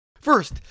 First